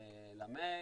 למייל,